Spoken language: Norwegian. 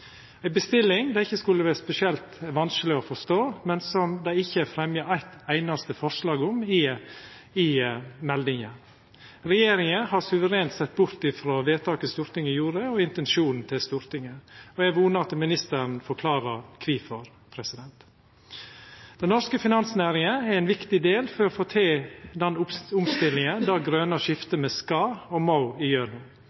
ei bestilling det ikkje skulle vera spesielt vanskeleg å forstå, men som dei ikkje fremja eitt einaste forslag om i meldinga. Regjeringa har suverent sett bort ifrå vedtaket Stortinget gjorde, og intensjonen til Stortinget. Eg vonar at ministeren forklarer kvifor. Den norske finansnæringa er ein viktig del for å få til den omstillinga til det grøne